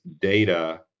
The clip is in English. data